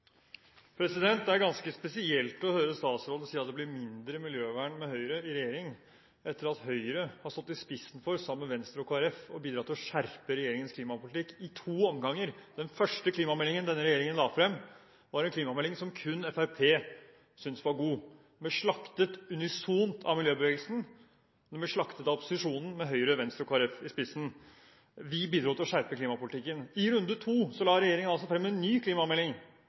internasjonalt. Det er ganske spesielt å høre statsråden si at det blir mindre miljøvern med Høyre i regjering, etter at Høyre, sammen med Venstre og Kristelig Folkeparti, har stått i spissen for å bidra til å skjerpe regjeringens klimapolitikk i to omganger. Den første klimameldingen denne regjeringen la frem, var en klimamelding som kun Fremskrittspartiet syntes var god. Den ble slaktet unisont av miljøbevegelsen. Den ble slaktet av opposisjonen med Høyre, Venstre og Kristelig Folkeparti i spissen. Vi bidro til å skjerpe klimapolitikken. I runde to la regjeringen frem en ny klimamelding,